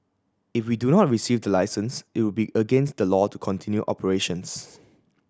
if we do not receive the licence it would be against the law to continue operations